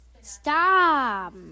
Stop